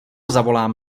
zavolám